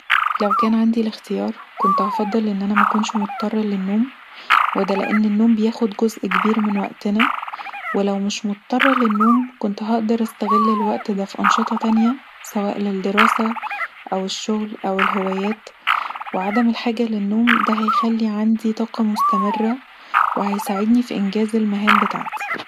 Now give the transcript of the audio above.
لو كان عندي الاختيار كنت هفضل اني مكونش مضطره للنوم ودا لان النوم بياخد جزء كبير من وقتنا ولو مش مضطره للنوم كنت هقدر استغل الوقت دا في انشطه تانيه سواء للدراسه او الشغل او الهوايات وعدم الحاجه للنوم ده هيخلي عندي طاقه مستمره وهيساعدني في انجاز المهام بتاعتي